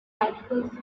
articles